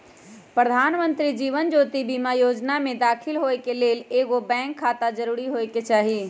प्रधानमंत्री जीवन ज्योति बीमा जोजना में दाखिल होय के लेल एगो बैंक खाता जरूरी होय के चाही